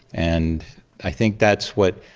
and i think that's what,